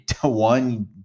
one